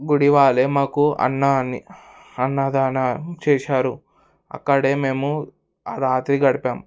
గుడి వాళ్ళే మాకు అన్నా అని అన్నదానం చేశారు అక్కడే మేము ఆ రాత్రి గడిపాం